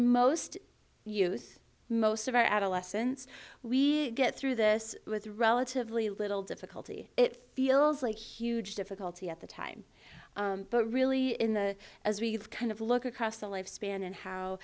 most us most of our adolescence we get through this with relatively little difficulty it feels like huge difficulty at the time but really in the as we've kind of look across the lifespan and how